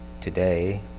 today